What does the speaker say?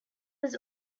was